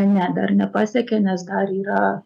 ne dar nepasiekė nes dar yra